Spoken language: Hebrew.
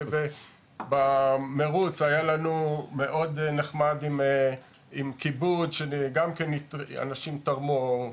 ובמרוץ היה לנו מאוד נחמד עם כיבוד שאנשים תרמו.